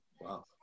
wow